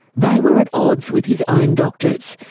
they were at odds with his own doctors,